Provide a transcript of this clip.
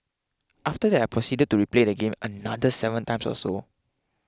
after that I proceeded to replay the game another seven times or so